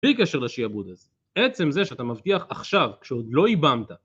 בלי קשר לשיעבוד הזה, עצם זה שאתה מבטיח עכשיו, כשעוד לא יבמת.